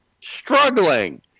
Struggling